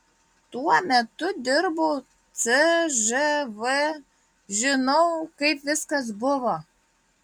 tuo metu dirbau cžv žinau kaip viskas buvo